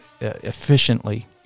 efficiently